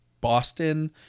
Boston